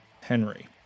Henry